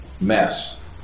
mess